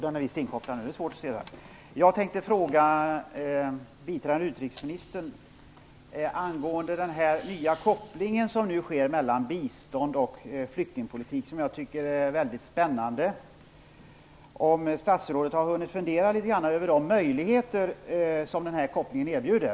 Fru talman! Jag har en fråga till biträdande utrikesministern angående den nya koppling som nu finns mellan bistånd och flyktingpolitik och som jag tycker är väldigt spännande. Har statsrådet hunnit fundera något över de möjligheter som kopplingen erbjuder?